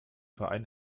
verein